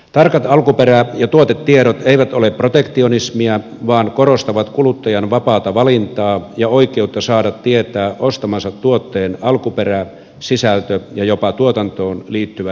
tarkat alkuperä ja tuotetiedot eivät ole protektionismia vaan korostavat kuluttajan vapaata valintaa ja oikeutta saada tietää ostamansa tuotteen alkuperä sisältö ja jopa tuotantoon liittyvät menetelmät